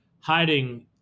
Hiding